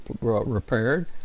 repaired